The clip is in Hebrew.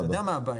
אתה יודע מה הבעיה?